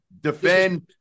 defend